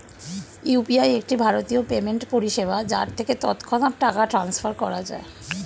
UPI একটি ভারতীয় payment পরিষেবা যার থেকে তৎক্ষণাৎ টাকা ট্রান্সফার করা যায়